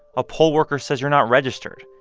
a poll worker says you're not registered.